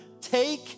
take